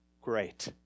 great